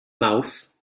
mawrth